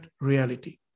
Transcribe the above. reality